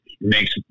makes